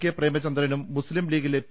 കെപ്രേമചന്ദ്രനും Muslim ലീഗിലെ P